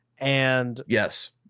Yes